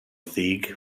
ddig